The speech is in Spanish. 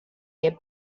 que